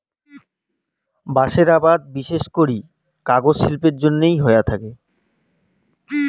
বাঁশের আবাদ বিশেষত কাগজ শিল্পের জইন্যে হয়া আচে